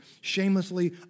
shamelessly